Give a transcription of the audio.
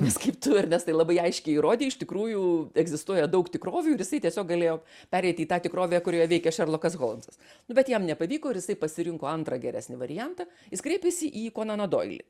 nes kaip tu ernestai labai aiškiai įrodei iš tikrųjų egzistuoja daug tikrovių ir jisai tiesiog galėjo pereiti į tą tikrovę kurioje veikia šerlokas holmsas nu bet jam nepavyko ir jisai pasirinko antrą geresnį variantą jis kreipėsi į konaną doilį